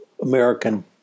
American